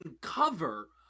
cover